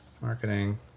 marketing